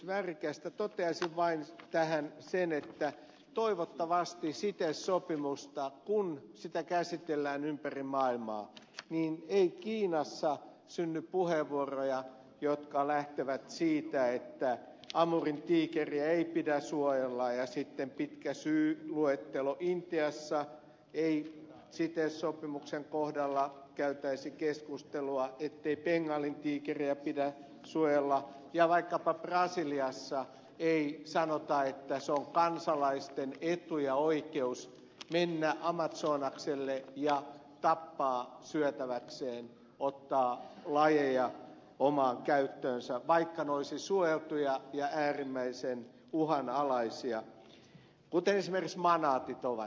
toteaisin vain tähän sen että toivottavasti kun cites sopimusta käsitellään ympäri maailmaa ei kiinassa synny puheenvuoroja jotka lähtevät siitä että amurintiikeriä ei pidä suojella ja sitten pitkä syyluettelo intiassa ei cites sopimuksen kohdalla käytäisi keskustelua ettei bengalintiikeriä pidä suojella ja vaikkapa brasialassa ei sanota että se on kansalaisten etu ja oikeus mennä amazonakselle ja tappaa syötäväkseen ottaa lajeja omaan käyttöönsä vaikka ne olisivat suojeltuja ja äärimmäisen uhanalaisia kuten esimerkiksi manaatit ovat